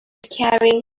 carrying